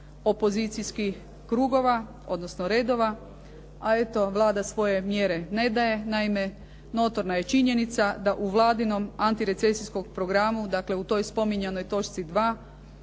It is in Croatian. opozicijskih krugova odnosno redova, a eto Vlada svoje mjere ne daje. Naime, notorna je činjenica da u Vladinom antirecesijskom programu dakle u toj spominjanoj točci 2.